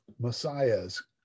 Messiah's